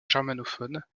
germanophone